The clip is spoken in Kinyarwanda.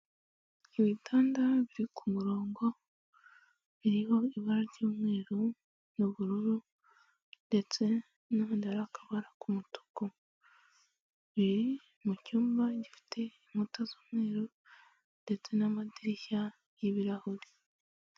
Ibitanda biri ku murongo biriho ibara ry'umweru n'ubururu ndetse n'ahandi hari akabara k'umutuku, biri mu cyumba gifite inkuta z'umweru ndetse n'amadirishya y'ibirahure.